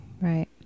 Right